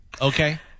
Okay